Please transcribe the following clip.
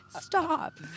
stop